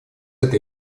эта